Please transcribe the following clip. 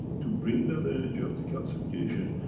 to bring, that the energy of the calcification,